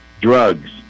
Drugs